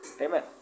Amen